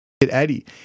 Eddie